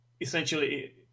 essentially